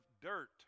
dirt